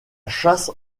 chasse